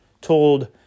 told